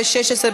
התשע"ו 2016,